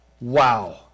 Wow